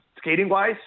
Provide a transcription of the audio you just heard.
skating-wise